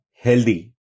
healthy